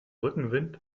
rückenwind